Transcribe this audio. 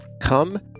come